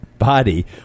body